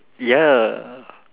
ya